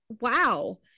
wow